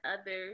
others